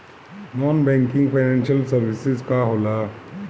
Non banking financial services का होला?